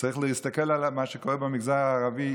צריך להסתכל על מה שקורה במגזר הערבי,